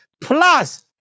Plus